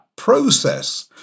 process